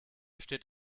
steht